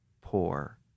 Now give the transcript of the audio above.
poor